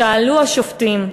שאלו השופטים,